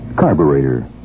Carburetor